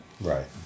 right